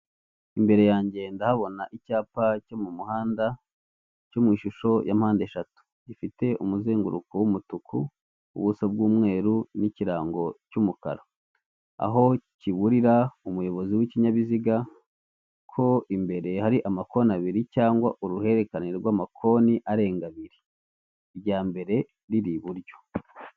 Imbere yanjye ndahabona icyapa cyo mu muhanda, cyo mw' ishusho ya mpandeshatu, Gifite umuzenguruko w'umutuku ubuso bw'umweru n'ikirango cy'umukara, aho kiburira umuyobozi w'ikinyabiziga ko imbere hari amakoni abiri cyangwa uruhererekane rw'amakoni arenga abiri, Irya mbere rir' iburyo.